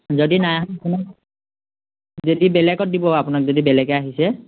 যদি নাই যদি বেলেগত দিব আপোনাক যদি বেলেগে আহিছে